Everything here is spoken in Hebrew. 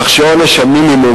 כך שעונש המינימום,